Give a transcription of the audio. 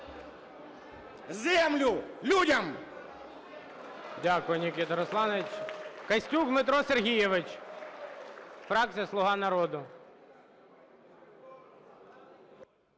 Землю – людям!